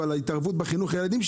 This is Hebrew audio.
ועל ההתערבות בחינוך הילדים שלנו,